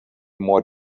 more